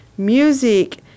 Music